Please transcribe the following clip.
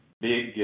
big